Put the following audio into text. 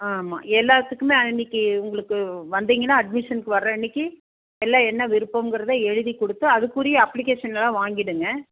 ஆமாம் எல்லாத்துக்குமே அன்னைக்கு உங்களுக்கு வந்திங்கனா அட்மிஷனுக்கு வர அன்னைக்கு எல்லாம் என்ன விருப்பம்கிறதை எழுதி கொடுத்து அதுக்குரிய அப்ளிகேஷன் எல்லாம் வாங்கிவிடுங்க